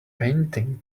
painting